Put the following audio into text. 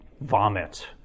vomit